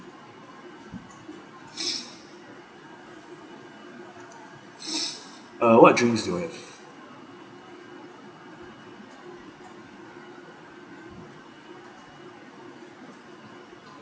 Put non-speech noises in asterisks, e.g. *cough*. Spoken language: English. *breath* uh what drinks do you have